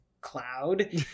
cloud